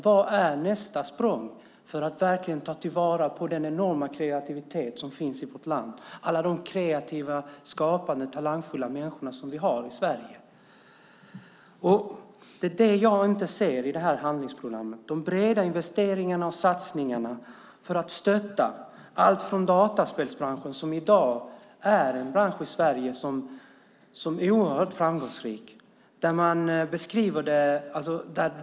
Vad är nästa språng för att verkligen ta till vara den enorma kreativitet som finns i vårt land, alla de kreativa, skapande och talangfulla människor vi har i Sverige? Det jag inte ser i handlingsplanen är de breda investeringarna och satsningarna för att stötta olika branscher. Dataspelsbranschen är i dag oerhört framgångsrik i Sverige.